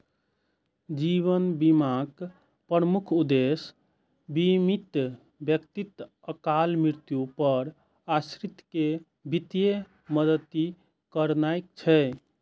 जीवन बीमाक प्रमुख उद्देश्य बीमित व्यक्तिक अकाल मृत्यु पर आश्रित कें वित्तीय मदति करनाय छै